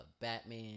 Batman